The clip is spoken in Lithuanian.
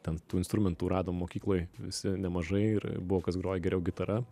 ten tų instrumentų radom mokykloj visi nemažai ir buvo kas groja geriau gitara